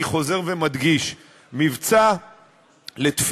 אני חוזר ומדגיש: מבצע לתפיסת,